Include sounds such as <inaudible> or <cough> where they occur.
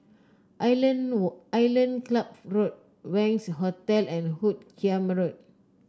Island <unintelligible> Island Club Road Wangz Hotel and Hoot Kiam Road